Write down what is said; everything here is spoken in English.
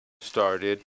started